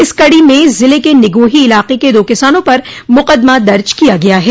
इस कड़ी में ज़िले के निगोही इलाके के दो किसानों पर मुकदमा दर्ज किया गया है